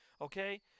Okay